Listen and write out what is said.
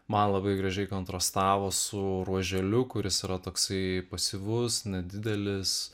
man labai gražiai kontrastavo su ruoželiu kuris yra toksai pasyvus nedidelis